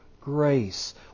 grace